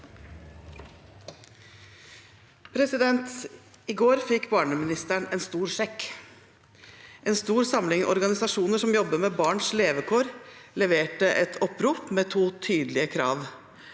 I går fikk barnemi- nisteren en stor sekk. En stor samling organisasjoner som jobber med barns levekår, leverte et opprop med to tydelige krav.